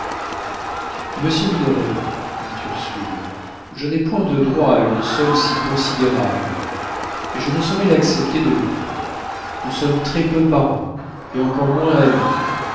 minoret dit ursule je n'ai point de droits à une somme si considérable et je ne saurais l'accepter de vous nous sommes très peu parents et encore moins amis